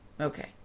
Okay